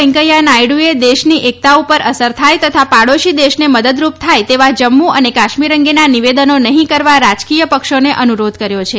વેંકૈયા નાયડુએ દેશની એકતા ઉપર અસર થાય તથા પાડોશી દેશને મદદરૂપ થાય તેવા જમ્મુ અને કાશ્મીર અંગેના નિવેદનો નહિં કરવા રાજકીય પક્ષોને અનુરોધ કર્યો છે